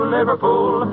Liverpool